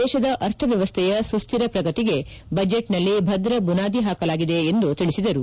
ದೇಶದ ಅರ್ಥ ವ್ಯವಸ್ಥೆಯ ಸುಸ್ವಿರ ಪ್ರಗತಿಗೆ ಬಜೆಟ್ನಲ್ಲಿ ಭದ್ರ ಬುನಾದಿ ಹಾಕಲಾಗಿದೆ ಎಂದು ತಿಳಿಸಿದರು